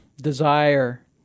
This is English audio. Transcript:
desire